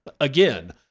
Again